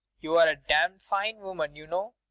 you're a damned fine woman, you know.